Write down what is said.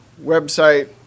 website